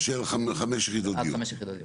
של חמש יחידות דיור.